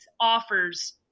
offers